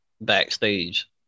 backstage